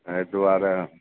एहि दुआरे